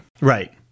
Right